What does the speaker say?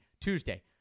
tuesday